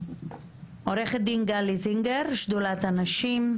עו"ד גלי זינגר, שדולת הנשים.